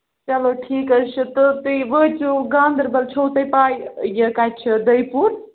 چلو ٹھیٖک حظ چھُ تُہۍ وٲتۍزیٚو گانٛدربَل چھُو تۄہہِ پےَ یہِ کَتہِ چھُ دٔے پوٗر